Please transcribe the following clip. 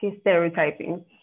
stereotyping